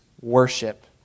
worship